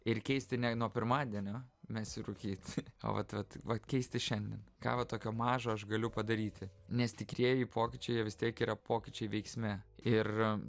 ir keisti ne nuo pirmadienio mesiu rūkyt o vat vat vat keisti šiandien ką va tokio mažo aš galiu padaryti nes tikrieji pokyčiai jie vis tiek yra pokyčiai veiksme ir